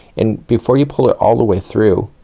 and before you pull it all the way through,